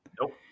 Nope